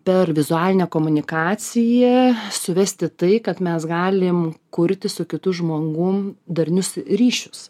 per vizualinę komunikaciją suvesti į tai kad mes galim kurti su kitu žmogum darnius ryšius